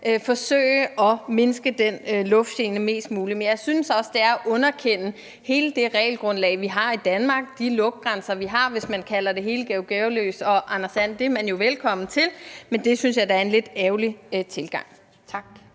forsøge at mindske den lugtgene mest muligt, men jeg synes også, det er at underkende hele det regelgrundlag, vi har i Danmark, og de lugtgrænser, vi har, hvis man kalder det hele Georg Gearløs og Anders And – det er man jo velkommen til, men det synes jeg da er en lidt ærgerlig tilgang. Kl.